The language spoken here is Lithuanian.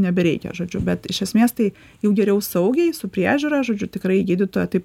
nebereikia žodžiu bet iš esmės tai jau geriau saugiai su priežiūra žodžiu tikrai gydytojo taip